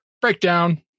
breakdown